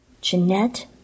Jeanette